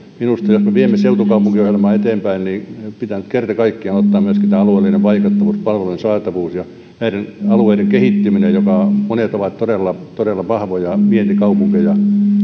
minusta jos me viemme seutukaupunkiohjelmaa eteenpäin pitää nyt kerta kaikkiaan ottaa huomioon myöskin tämä alueellinen vaikuttavuus palvelujen saatavuus ja näiden alueiden kehittyminen joista monet ovat todella todella vahvoja vientikaupunkeja